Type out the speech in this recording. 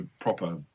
proper